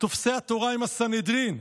תופשי התורה הם הסנהדרין,